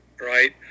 right